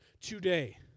today